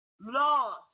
lost